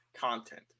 content